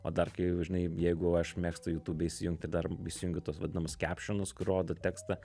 o dar kai jau žinai jeigu aš mėgstu jutube įsijungti dar įsijungiu tuos vadinamus kepšionus kur rodo tekstą